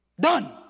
Done